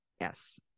Yes